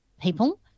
people